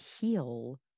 heal